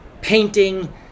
painting